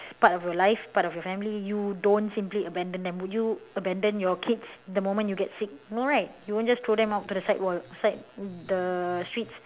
it's part of your life part of your family you don't simply abandon them would you abandon your kids the moment you get sick no right you won't just throw them out to the sidewalk side the streets